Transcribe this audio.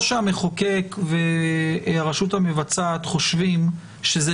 או שהמחוקק והרשות המבצעת חושבים שאלה